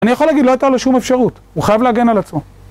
אני יכול להגיד, לא הייתה לו שום אפשרות, הוא חייב להגן על עצמו.